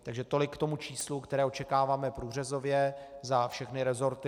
Takže tolik k tomu číslu, které očekáváme průřezově za všechny resorty.